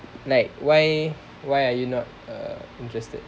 like why why are you not uh interested